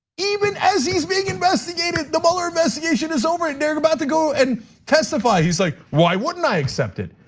even as he's being investigated, the moment but ah investigation is over and they're about to go and testify. he's like, why wouldn't i accept it?